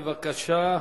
בבקשה.